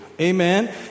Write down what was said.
Amen